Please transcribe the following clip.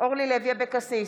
אורלי לוי אבקסיס,